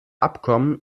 abkommen